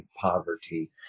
poverty